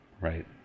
right